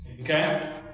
Okay